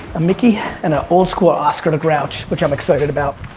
a mickey and an old school oscar the grouch, which i'm excited about.